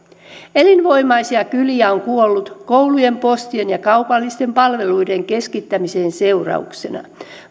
elinvoimaisia kyliä on kuollut koulujen postien ja kaupallisten palveluiden keskittämisen seurauksena